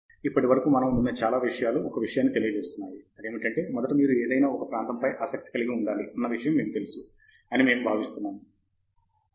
professor Pratap Haridas ఇప్పటి వరకు మనము విన్న చాలా విషయాలు ఒక విషయాన్ని తెలియజేస్తున్నాయి అదేమిటంటే మొదట మీరు ఏదైనా ఒక ప్రాంతంపై ఆసక్తి కలిగి ఉండాలి అన్న విషయము మీకు తెలుసు అని మేము భావిస్తున్నాము మీరు కలిగి ఉండాలి